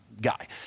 guy